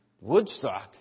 Woodstock